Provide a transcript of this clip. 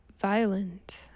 violent